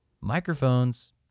Microphones